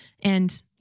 And-